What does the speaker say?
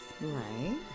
right